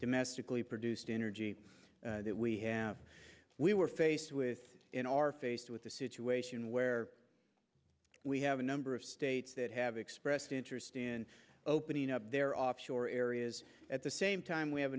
domestically produced energy that we have we were faced with in are faced with a situation where we have a number of states that have expressed interest in opening up their offshore areas at the same time we have a